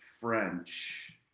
French